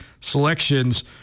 selections